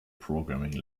programming